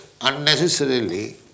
unnecessarily